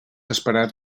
esperat